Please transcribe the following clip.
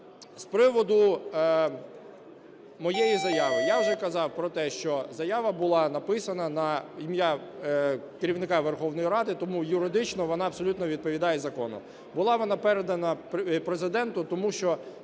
З приводу моєї заяви. Я вже казав про те, що заява була написана на ім'я керівника Верховної Ради, тому юридично вона абсолютно відповідає закону. Була вона передана Президенту, тому що